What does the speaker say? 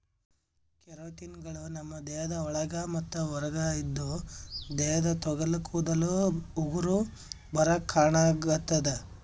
ಕೆರಾಟಿನ್ಗಳು ನಮ್ಮ್ ದೇಹದ ಒಳಗ ಮತ್ತ್ ಹೊರಗ ಇದ್ದು ದೇಹದ ತೊಗಲ ಕೂದಲ ಉಗುರ ಬರಾಕ್ ಕಾರಣಾಗತದ